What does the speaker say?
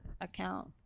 account